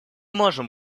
можем